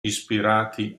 ispirati